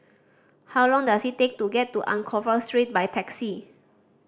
how long does it take to get to Anchorvale Street by taxi